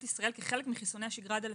ישראל כחלק מחיסוני השגרה עד 1980,